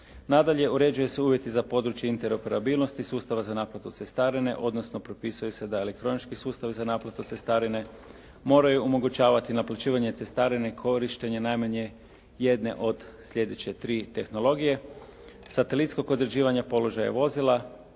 Nadalje, uređuju se i uvjeti za područje interoperabilnosti, sustava za naplatu cestarine, odnosno propisuje se da elektronički sustavi za naplatu cestarine moraju omogućavati naplaćivanje cestarine korištenjem najmanje jedne od sljedeće tri tehnologije, satelitskog određivanja položaja vozila